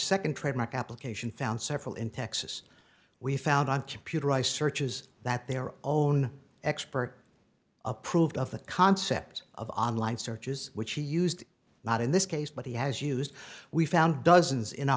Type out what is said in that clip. nd trademark application found several in texas we found on computer ai searches that their own expert approved of the concept of online searches which he used not in this case but he has used we found dozens in a